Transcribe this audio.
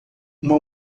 uma